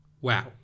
wow